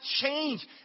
change